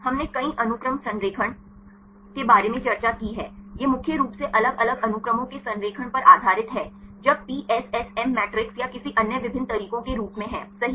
हमने कई अनुक्रम संरेखण के बारे में चर्चा की है यह मुख्य रूप से अलग अलग अनुक्रमों के संरेखण पर आधारित है जब पीएसएसएम मैट्रिस या किसी अन्य विभिन्न तरीकों के रूप में है सही